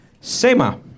SEMA